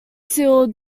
seal